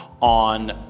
on